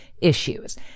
issues